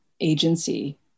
agency